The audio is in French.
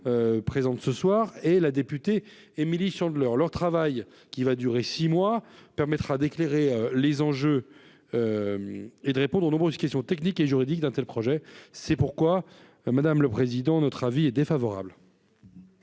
présente ce soir et la députée Émilie, sûrs de leur leur travail qui va durer 6 mois permettra d'éclairer les enjeux et de répondre aux nombreuses questions techniques et juridiques d'un tel projet c'est pourquoi madame le président, notre avis est défavorable.